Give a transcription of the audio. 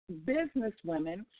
businesswomen